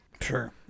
Sure